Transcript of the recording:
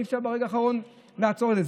ואי-אפשר ברגע האחרון לעצור את זה.